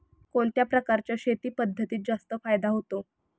कोणत्या प्रकारच्या शेती पद्धतीत जास्त फायदा होतो?